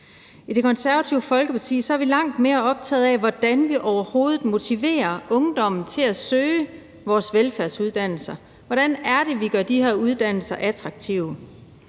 I Det Konservative Folkeparti er vi langt mere optagede af, hvordan vi overhovedet motiverer ungdommen til at søge vores velfærdsuddannelser. Hvordan er det, vi gør de her uddannelser attraktive?